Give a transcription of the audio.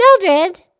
Mildred